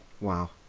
Wow